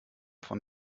von